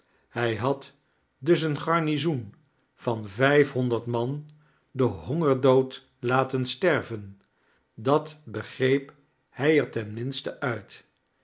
hij had dus een garnizoen van vijfhonderd man den hongerdood laten ster-ven dat begreep liij er ten minste uit